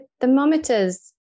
thermometers